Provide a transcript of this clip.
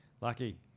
Lucky